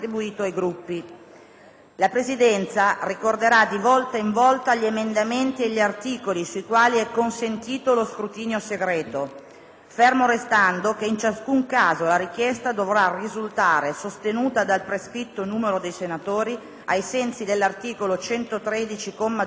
La Presidenza ricorderà di volta in volta gli emendamenti e gli articoli sui quali è consentito lo scrutinio segreto, fermo restando che in ciascun caso la richiesta dovrà risultare sostenuta dal prescritto numero di senatori, ai sensi dell'articolo 113, comma 2, del Regolamento.